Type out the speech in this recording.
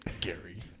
Gary